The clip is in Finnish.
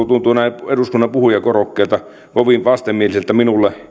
tuntuvat näin eduskunnan puhujakorokkeelta kovin vastenmielisiltä minulle